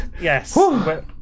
Yes